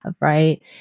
right